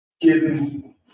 given